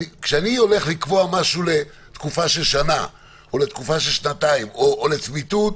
כשאני הולך לקבוע משהו לתקופה של שנה או לתקופה של שנתיים או לצמיתות,